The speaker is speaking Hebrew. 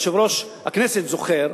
יושב-ראש הכנסת זוכר